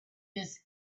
this